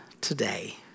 today